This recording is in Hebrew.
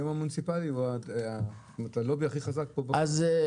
היום המוניציפלי הוא הלובי הכי חזק פה בכנסת.